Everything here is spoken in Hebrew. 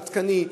עדכני.